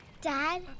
Dad